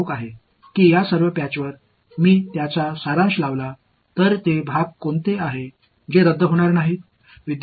எனவே இதை நான் தொகுத்தால் என்னிடம் என்ன மீதம் இருக்கும் இந்த திட்டுகள் அனைத்தையும் நான் தொகுத்தால் ரத்து செய்யப்படாத பாகங்கள் யாவை